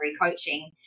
coaching